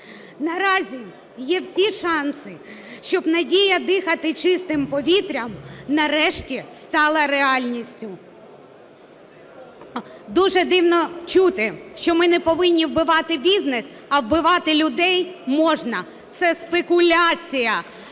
Наразі є всі шанси, щоб надія дихати чистим повітрям нарешті стала реальністю. Дуже дивно чути, що ми не повинні вбивати бізнес, а вбивати людей можна. Це спекуляція!